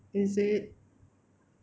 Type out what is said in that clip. is it